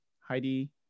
Heidi